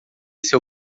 seu